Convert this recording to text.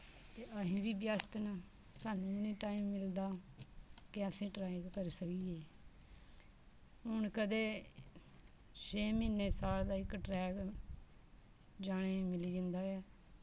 ते असीं बी ब्यस्त न साणु वी निं टाइम मिलदा कि असें ट्रैक कर सकिये हून कदे छे म्हीने साल दा इक ट्रैक जाने गी मिली जंदा ऐ